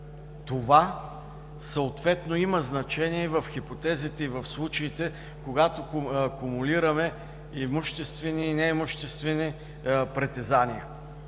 Това съответно има значение в хипотезите и в случаите, когато кумулираме имуществени и неимуществени притезания.